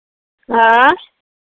आँय